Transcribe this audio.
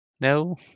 No